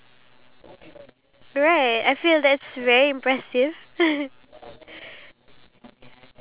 yes exactly I'm gonna be a youtuber but then I just plan like you know we're going to batam